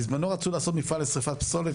בזמנו רצו לעשות מפעל לשריפת פסולת,